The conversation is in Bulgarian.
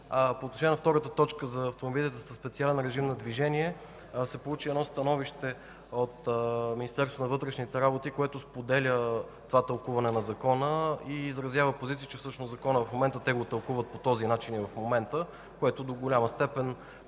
По отношение на втората точка – за автомобилите със специален режим на движение, се получи становище от Министерството на вътрешните работи, което споделя това тълкуване на Закона и изразява позиция, че всъщност те тълкуват Закона по този начин и в момента. Така до голяма степен